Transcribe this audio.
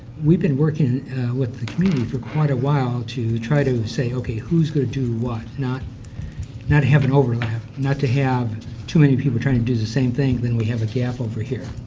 we've been working with the community for quite a while now to try to say, okay, who's going to do what? not not having overlap, not to have too many people trying to do the same thing. then we have a gap over here.